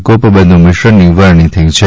ગોપબંધુ મિશ્રની વરણી થઈ છે